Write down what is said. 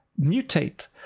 mutate